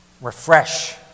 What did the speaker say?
Refresh